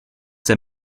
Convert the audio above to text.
der